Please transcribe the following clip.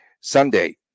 Sunday